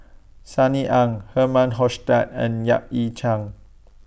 Sunny Ang Herman Hochstadt and Yap Ee Chian